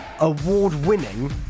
award-winning